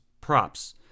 props